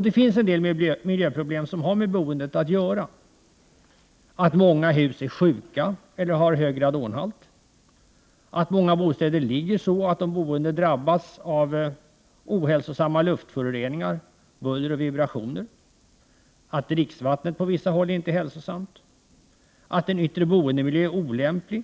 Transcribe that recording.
Det finns en del miljöproblem som har med boendet att göra: många hus är sjuka eller har hög radonhalt, många bostäder ligger så till att de boende drabbas av ohälsosamma luftföroreningar, buller och vibrationer, dricksvattnet är på vissa håll inte hälsosamt, den yttre bostadsmiljön är olämplig